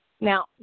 Now